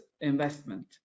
investment